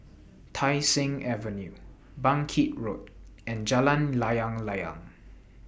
Tai Seng Avenue Bangkit Road and Jalan Layang Layang